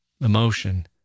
emotion